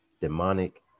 demonic